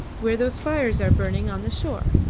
where those fires are burning on the shore.